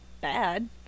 bad